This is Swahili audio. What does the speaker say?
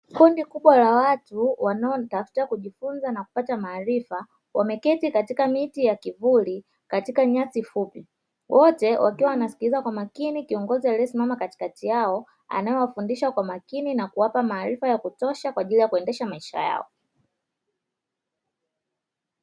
Kundi kubwa la watu wanaotafuta kujifunza na kupata maarifa, wameketi katika miti ya kinvuli katika nyasi fupi; wote wakimsikiliza kwa makini kiongozi aliyesimama katikati yao anayewafundisha kwa makini na kuwapa maarifa ya kutosha kwa ajili ya kuendesha maisha yao.